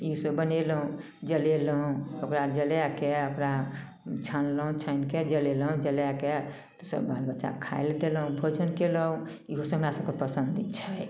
इहो बनेलहुँ जलेलहुँ ओकरा जलैके ओकरा छनलहुँ छानिके जलेलहुँ जलैके सभ बाल बच्चाके खाइले देलहुँ भोजन कएलहुँ इहोसब हमरासभकेँ पसन्द छै